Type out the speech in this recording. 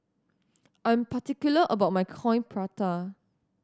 I'm particular about my Coin Prata